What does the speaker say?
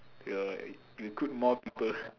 you know like recruit more people